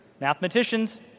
Mathematicians